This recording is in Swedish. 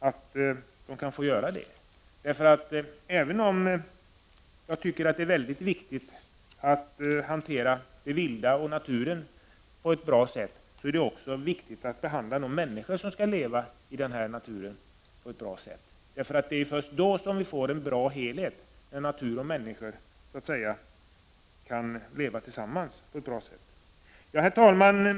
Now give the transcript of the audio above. Även om det är väldigt viktigt att hantera naturen och det vilda på ett bra sätt, så är det också viktigt att hantera de människor som skall leva i denna natur på ett bra sätt. Det är ju först då vi får en bra helhet, där natur och människor så att säga kan leva tillsammans. Herr talman!